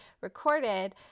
recorded